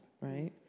right